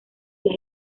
las